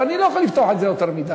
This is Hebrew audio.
ואני לא יכול לפתוח את זה יותר מדי.